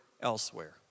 elsewhere